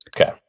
Okay